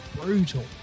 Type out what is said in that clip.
brutal